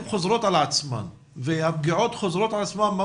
חוזרות על עצמן והפגיעות חוזרות על עצמן,